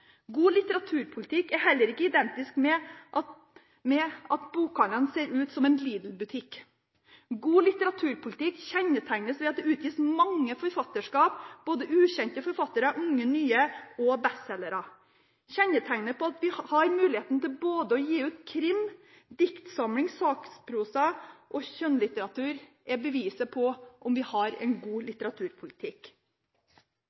God litteraturpolitikk er heller ikke identisk med at bokhandlene ser ut som en Lidl-butikk. God litteraturpolitikk kjennetegnes ved at det utgis mange forfatterskap – både ukjente forfattere, unge, nye og bestselgere. At vi har muligheten til å gi ut både krim, diktsamling, sakprosa og skjønnlitteratur er beviset på om vi har en god